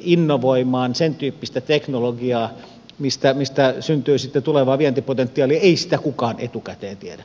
innovoimaan sentyyppistä teknologiaa mistä syntyy sitten tulevaa vientipotentiaalia sitä ei kukaan etukäteen tiedä